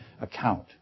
account